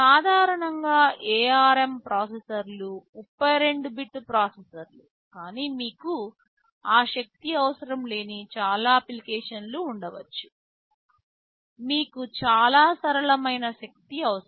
సాధారణంగా ARM ప్రాసెసర్లు 32 bit ప్రాసెసర్లు కానీ మీకు ఆ శక్తి అవసరం లేని చాలా అప్లికేషన్లు ఉండవచ్చు మీకు చాలా సరళమైన శక్తి అవసరం